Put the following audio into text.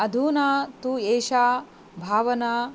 अधूना तु एषा भावना